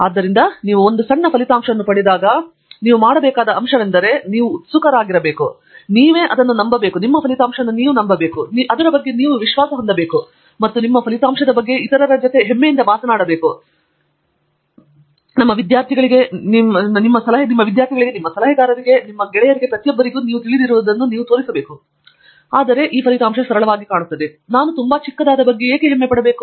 ಆದ್ದರಿಂದ ನೀವು ಒಂದು ಸಣ್ಣ ಫಲಿತಾಂಶವನ್ನು ಪಡೆದಾಗ ಇವುಗಳೆಲ್ಲವನ್ನೂ ಕುರಿತು ನೀವು ಮಾಡಬೇಕಾದ ಅಂಶವೆಂದರೆ ನೀವು ಮೊದಲಿನಿಂದಲೂ ಉತ್ಸುಕರಾಗಬೇಕು ನೀವು ಅದನ್ನು ನಂಬಬೇಕು ಮತ್ತು ನೀವು ಅದರ ಬಗ್ಗೆ ವಿಶ್ವಾಸ ಹೊಂದಬೇಕು ಮತ್ತು ನೀವು ಅದರ ಬಗ್ಗೆ ಇತರರಿಗೆ ಹೆಮ್ಮೆಯಿಂದ ಮಾತನಾಡಬೇಕು ನಿಮ್ಮ ವಿದ್ಯಾರ್ಥಿಗಳು ನಿಮ್ಮ ಸಲಹೆಗಾರ ಪ್ರತಿಯೊಬ್ಬರಿಗೂ ಮತ್ತು ನಿಮಗೆ ತಿಳಿದಿರುವುದನ್ನು ನೀವು ತೋರಿಸಬೇಕು ಸರಳವಾಗಿ ಅದು ಕಾಣುತ್ತದೆ ನಾನು ತುಂಬಾ ಚಿಕ್ಕದಾದ ಬಗ್ಗೆ ಏಕೆ ಹೆಮ್ಮೆಪಡಬೇಕು